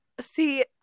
see